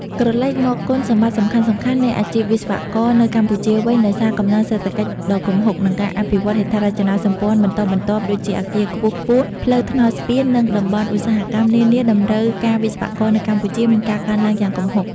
ក្រឡេកមកគុណសម្បត្តិសំខាន់ៗនៃអាជីពវិស្វករនៅកម្ពុជាវិញ ដោយសារកំណើនសេដ្ឋកិច្ចដ៏គំហុក និងការអភិវឌ្ឍន៍ហេដ្ឋារចនាសម្ព័ន្ធបន្តបន្ទាប់ដូចជាអគារខ្ពស់ៗផ្លូវថ្នល់ស្ពាន និងតំបន់ឧស្សាហកម្មនានាតម្រូវការវិស្វករនៅកម្ពុជាមានការកើនឡើងយ៉ាងគំហុក។